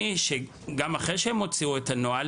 גם אחרי שהם הוציאו את הנוהל,